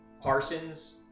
Parsons